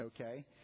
Okay